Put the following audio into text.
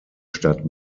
stadt